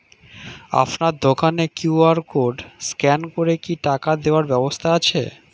আপনার দোকানে QR code scan করে কি টাকা দেওয়ার ব্যবস্থা আছে?